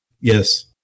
Yes